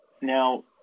Now